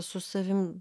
su savim